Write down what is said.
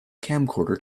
camcorder